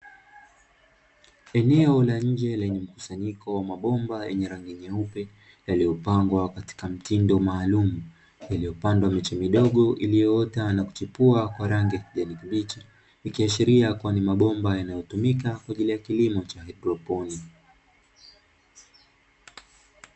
Eneo la nje lenye mkusanyiko wa mabomba yenye rangi nyeupe yaliyopangwa katika mtindo maalumu iliyopandwa miche midogo iliyoota na kuchipua kwa rangi ya kijani kibichi, ikiashiria kuwa ni mabomba yanayotumika kwa ajili ya kilimo cha haidroponi.